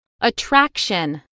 Attraction